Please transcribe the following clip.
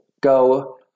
go